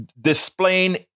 displaying